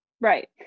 Right